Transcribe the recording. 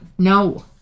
No